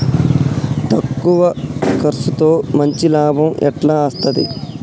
తక్కువ కర్సుతో మంచి లాభం ఎట్ల అస్తది?